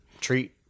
treat